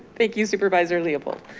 thank you, supervisor leopold.